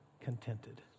contented